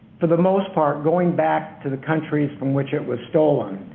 for the most part, going back to the countries from which it was stolen.